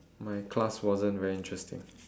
my class wasn't very interesting